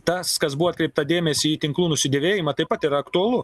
tas kas buvo atkreiptą dėmesį į tinklų nusidėvėjimą taip pat yra aktualu